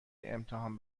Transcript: امتحان